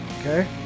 Okay